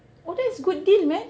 oh that's good deal man